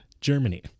Germany